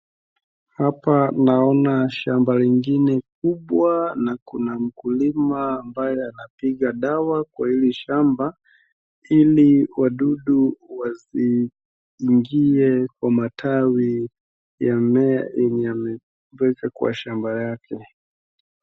Hapa naona shamba ingine kubwa na kuna mkulima ambaye anapiga dawa kwa hili shamba ili wadudu wasiingie kwa matawi ya mmea enye ameweka kwa shamba yake.